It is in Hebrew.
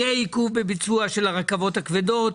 יהיה עיכוב בביצוע של הרכבות הכבדות,